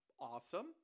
Awesome